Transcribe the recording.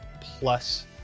plus